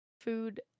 food